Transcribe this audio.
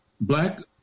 black